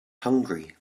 hungry